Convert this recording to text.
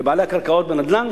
לבעלי הקרקעות והנדל"ן,